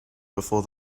before